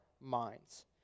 minds